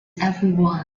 everyone